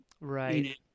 Right